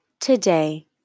today